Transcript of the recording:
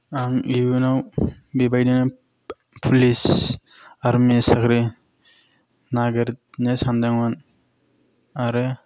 आं इयुनाव बेबायदिनो पुलिस आर्मि साख्रि नागिरनो सानदोंमोन आरो